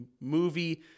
movie